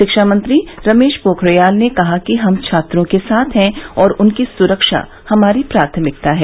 शिक्षामंत्री रमेश पोखरियाल ने कहा है कि हम छात्रों के साथ हैं और उनकी सुरक्षा हमारी प्राथमिकता है